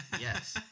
Yes